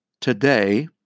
today